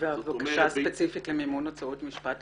והבקשה הספציפית למימון הוצאות משפט,